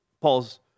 Paul's